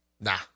nah